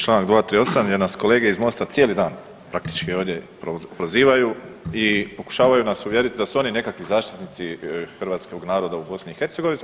Članak 238., jer nas kolege iz MOST-a cijeli dan praktički ovdje prozivaju i pokušavaju nas uvjeriti da su oni nekakvi zaštitnici hrvatskog naroda u BiH.